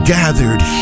gathered